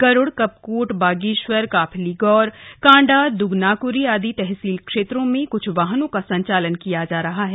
गरुड़ कपकोट बागेश्वर काफलीगौर कांडा दुग नाक्री आदि तहसील क्षेत्रों में क्छ वाहनों का संचालन किया जा रहा है